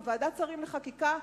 בוועדת השרים לחקיקה,